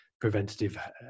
preventative